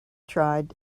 tried